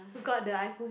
who got the iPhone